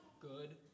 good